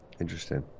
Interesting